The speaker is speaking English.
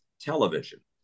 television